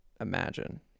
imagine